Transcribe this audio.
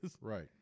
Right